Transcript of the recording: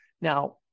Now